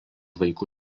vaikų